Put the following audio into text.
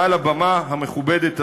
מעל הבמה המכובדת הזאת,